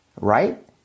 right